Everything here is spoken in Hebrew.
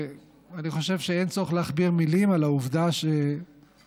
אני חושב שאין צורך להכביר מילים על העובדה שהיכרות,